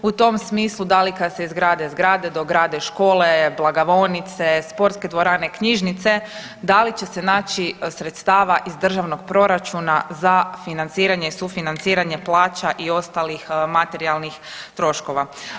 U tom smislu da li kad se izgrade zgrade, dograde škole, blagovaonice, sportske dvorane, knjižnice, da li će se naći sredstava iz državnog proračuna za financiranje i sufinanciranje plaća i ostalih materijalnih troškova.